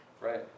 Right